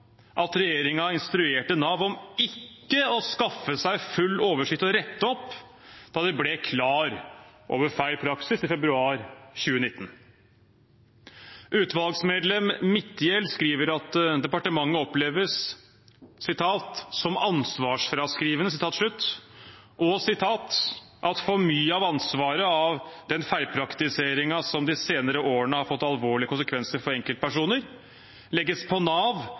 at regjeringen instruerte Nav om ikke å skaffe seg full oversikt og rette opp da de ble klar over feil praksis i februar 2019. Utvalgsmedlem Midthjell skriver at departementet oppleves som «ansvarsfraskrivende», og at «for mye av ansvaret for den feilpraktiseringen som de senere årene har fått alvorlige konsekvenser for enkeltpersoner, legges på Nav,